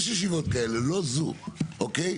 יש ישיבות כאלה לא זו אוקיי?